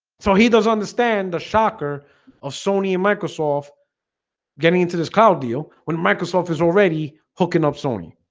so he does understand the shocker of sony and microsoft getting into this cloud deal when microsoft is already hooking up, sony